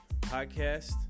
podcast